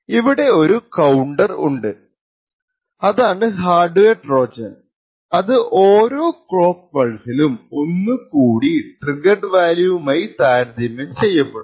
ഇവിടെ ഒരു കൌണ്ടർ ഉണ്ട്അതാണ് ഹാർഡ്വെയർ ട്രോജൻഅത് ഓരോ ക്ലോക്ക് പൾസിലും ഒന്ന് കൂടി ട്രിഗർഡ് വാല്യൂവുമായി താരതമ്യം ചെയ്യും